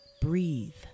breathe